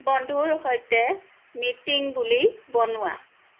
বন্ধুৰ সৈতে মিটিং বুলি বনোৱা